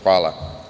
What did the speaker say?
Hvala.